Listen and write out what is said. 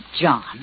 John